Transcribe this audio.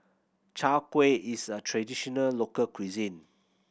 Chai Kueh is a traditional local cuisine